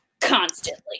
constantly